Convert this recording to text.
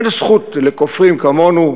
ואין זכות לכופרים כמונו,